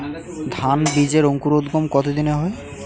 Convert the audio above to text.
ধান বীজের অঙ্কুরোদগম কত দিনে হয়?